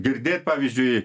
girdėt pavyzdžiui